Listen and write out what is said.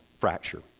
fracture